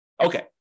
Okay